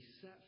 set